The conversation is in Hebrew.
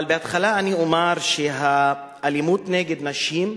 אבל בהתחלה אני אומר שהאלימות נגד נשים,